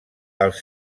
els